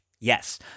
Yes